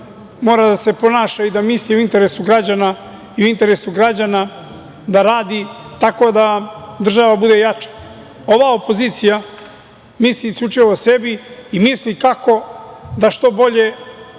mora da se ponaša i da misli u interesu građana i u interesu građana da radi tako da država bude jača. Ova opozicija misli isključivo o sebi i misli kako da što bolje